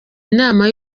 inama